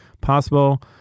possible